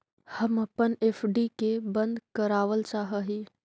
हम अपन एफ.डी के बंद करावल चाह ही